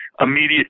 immediate